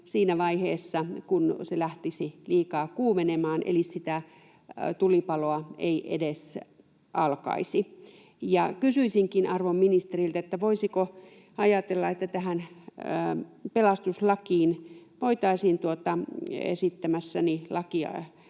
siinä vaiheessa, kun se lähtisi liikaa kuumenemaan, eli se tulipalo ei edes alkaisi. Kysyisinkin arvon ministeriltä: voisiko ajatella, että tähän pelastuslakiin voitaisiin esittämässäni